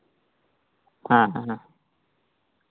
ᱦᱮᱸ ᱦᱮᱸ